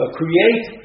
create